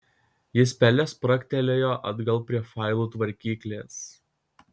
jis pele spragtelėjo atgal prie failų tvarkyklės